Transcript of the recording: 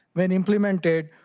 when implemented,